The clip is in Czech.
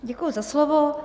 Děkuji za slovo.